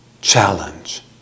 challenge